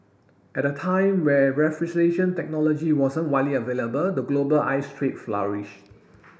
at a time when refrigeration technology wasn't widely available the global ice trade flourish